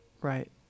Right